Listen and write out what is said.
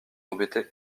embêter